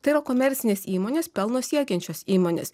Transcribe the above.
tai yra komercinės įmonės pelno siekiančios įmonės